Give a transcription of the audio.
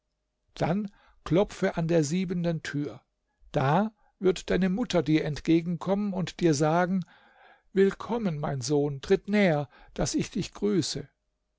dann klopfe an der siebenten tür da wird deine mutter dir entgegenkommen und dir sagen willkommen mein sohn tritt näher daß ich dich grüße